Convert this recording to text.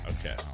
okay